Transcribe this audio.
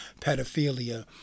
pedophilia